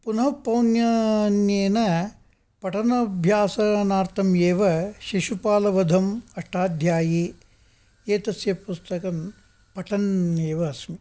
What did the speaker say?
पुनः पौन्य पुण्येन पठनाभ्यासनार्थमवे शिशुपालवधम् अष्टाध्यायी एतस्य पुस्तकं पठन्नेव अस्मि